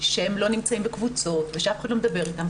שהם לא נמצאים בקבוצות ושאף אחד לא מדבר איתם,